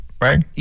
right